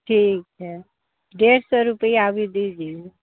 ठीक है डेढ़ सौ रुपया अभी दीजिए